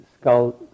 skull